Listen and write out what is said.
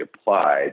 applied